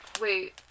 Wait